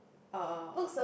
uh